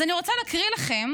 אז אני רוצה להקריא לכם